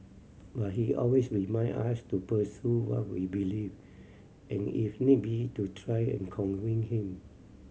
but he always reminded us to pursue what we believed and if need be to try and convince him